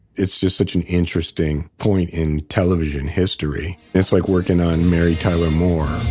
it's just such an interesting point in television history it's like working on mary tyler moore